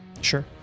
sure